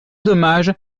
dommage